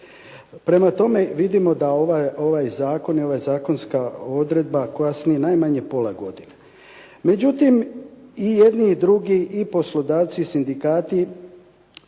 Prema tome, vidimo da ovaj zakon i ova zakonska odredba kasni najmanje pola godine. Međutim, i jedni i drugi, i poslodavci i sindikati